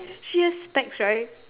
she has specs right